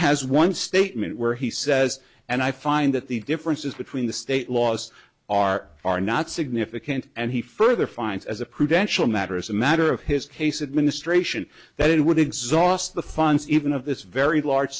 has one statement where he says and i find that the differences between the state laws are are not significant and he further finds as a prudential matter as a matter of his case administration that it would exhaust the funds even of this very large